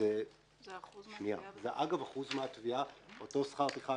זה אחוז מהתביעה, אותו שכר טרחה